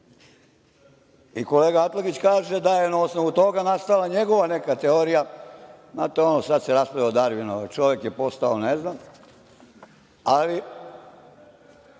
I kolega Atlagić kaže da je na osnovu toga nastala neka njegova teorija, znate ono sada se raspravlja o Darvinu čovek je postao, ne znam, ali